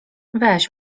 weź